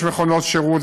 יש מכונות שירות,